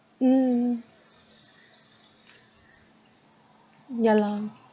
mm ya lah